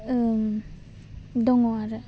ओं दङ आरो